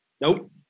Nope